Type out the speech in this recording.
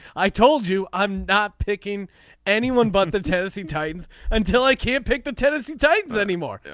i told you i'm not picking anyone but the tennessee titans until i can't pick the tennessee titans anymore.